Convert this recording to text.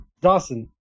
dawson